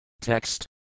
Text